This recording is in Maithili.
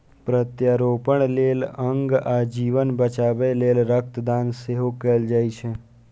प्रत्यारोपण लेल अंग आ जीवन बचाबै लेल रक्त दान सेहो कैल जाइ छै